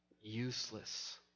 useless